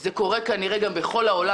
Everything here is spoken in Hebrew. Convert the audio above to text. זה קורה כנראה בכל העולם.